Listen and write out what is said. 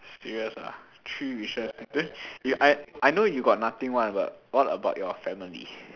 serious ah three wishes then I I know you got nothing one but what about your family